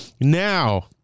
Now